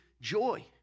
joy